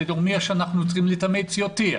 זה אומר שאנחנו צריכים להתאמץ יותר.